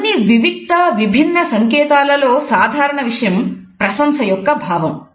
ఈ అన్ని వివిక్త విభిన్న సంకేతాలలో సాధారణ విషయం ప్రశంస యొక్క భావం